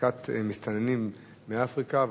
העסקת מסתננים מאפריקה.